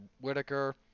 Whitaker